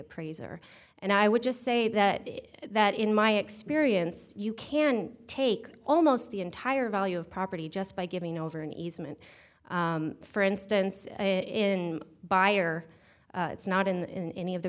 appraiser and i would just say that that in my experience you can take almost the entire value of property just by giving over an easement for instance in buyer it's not in any of the